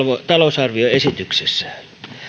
talousarvioesityksessään